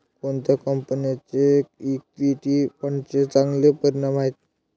कोणत्या कंपन्यांचे इक्विटी फंडांचे चांगले परिणाम आहेत?